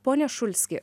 pone šulski